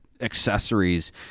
accessories